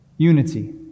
Unity